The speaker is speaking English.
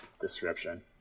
description